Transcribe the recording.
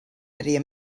aèria